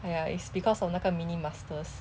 !aiya! it's because of 那个 mini masters